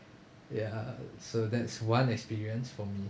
ya so that's one experience for me